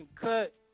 cut